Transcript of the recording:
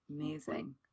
Amazing